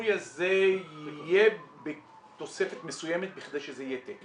השינוי הזה יהיה בתוספת מסוימת בכדי שזה יהיה תקן.